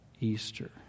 Easter